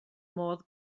modd